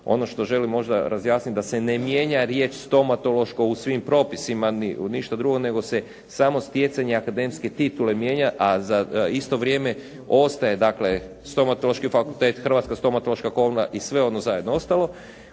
ono što želim razjasnit da se ne mijenja riječ stomatološko u svim propisima ništa drugo, nego se samo stjecanje akademske titule mijenja, a za isto vrijeme ostaje dakle Stomatološki fakultet, Hrvatska stomatološka komora i sve ono zajedno ostalo.